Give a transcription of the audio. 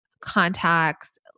contacts